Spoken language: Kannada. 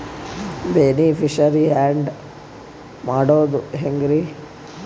ಬೆನಿಫಿಶರೀ, ಆ್ಯಡ್ ಮಾಡೋದು ಹೆಂಗ್ರಿ?